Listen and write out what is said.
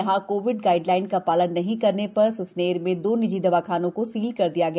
यहाँ covid guideline का पालन नही करने पर स्सनेर में दो निजी दवाखानों को सील किया गया